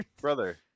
brother